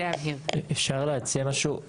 אפשר להציע משהו?